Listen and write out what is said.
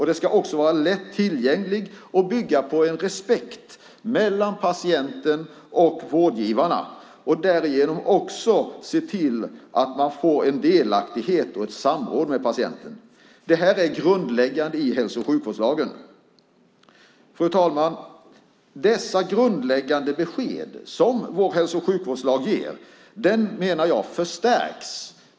Den ska också vara lätt tillgänglig och bygga på en respekt mellan patienten och vårdgivarna och därigenom också se till att man får en delaktighet och ett samråd med patienten. Detta är grundläggande i hälso och sjukvårdslagen. Fru talman! Dessa grundläggande besked som vår hälso och sjukvårdslag ger menar jag förstärks.